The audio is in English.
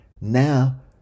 Now